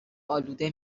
آلوده